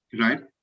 right